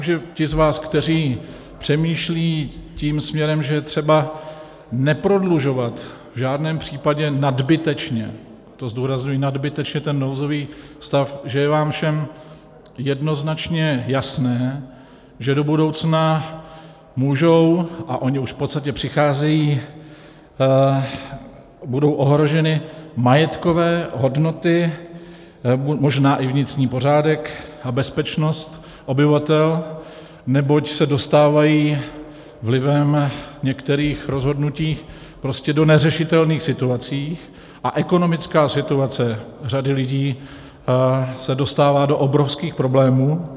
Já myslím, že ti z vás, kteří přemýšlí tím směrem, že je třeba neprodlužovat v žádném případě nadbytečně, a zdůrazňuji nadbytečně, nouzový stav, že je vám všem jednoznačně jasné, že do budoucna můžou, a oni už v podstatě přicházejí a budou ohroženy majetkové hodnoty, možná i vnitřní pořádek a bezpečnost obyvatel, neboť se dostávají vlivem některých rozhodnutí prostě do neřešitelných situací a ekonomická situace řady lidí se dostává do obrovských problémů.